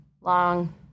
long